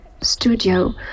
Studio